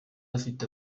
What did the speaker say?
afite